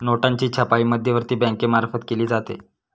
नोटांची छपाई मध्यवर्ती बँकेमार्फत केली जाते